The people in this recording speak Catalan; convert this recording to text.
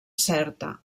certa